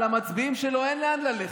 למצביעים שלו אין לאן ללכת.